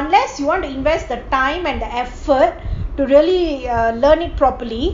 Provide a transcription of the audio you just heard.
unless you want to invest the time and the effort to really learn it properly